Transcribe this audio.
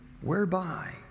whereby